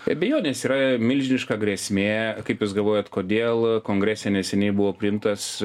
be abejonės yra milžiniška grėsmė kaip jūs galvojat kodėl kongrese neseniai buvo priimtas